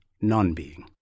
non-being. ¶¶